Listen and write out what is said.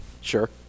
Sure